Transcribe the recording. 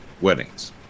weddings